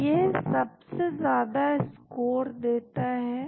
तो यह सबसे ज्यादा स्कोर देता है